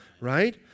right